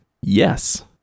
Yes